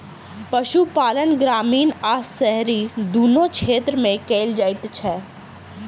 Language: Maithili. पशुपालन ग्रामीण आ शहरी दुनू क्षेत्र मे कयल जाइत छै